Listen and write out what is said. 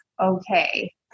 okay